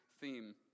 theme